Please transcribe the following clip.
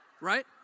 Right